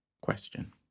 question